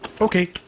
Okay